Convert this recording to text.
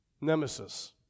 Nemesis